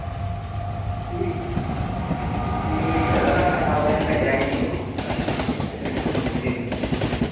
ᱴᱷᱤᱠ ᱴᱷᱤᱠᱜᱮᱭᱟ ᱟᱫᱚ ᱚᱱᱟ ᱠᱟᱛᱷᱟ ᱫᱚᱦᱚ ᱞᱮᱠᱟ ᱡᱟᱜᱮᱢ ᱟᱹᱜᱩ ᱚᱴᱚ ᱠᱟᱜᱼᱟ ᱢᱤᱫ ᱫᱤᱱ ᱦᱤᱞᱟᱹᱜ